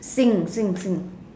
sing sing sing